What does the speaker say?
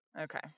okay